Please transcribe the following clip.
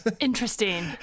Interesting